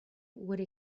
would